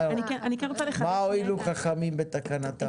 מה הועילו חכמים בתקנתם.